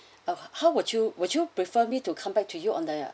ah how would you would you prefer me to come back to you on the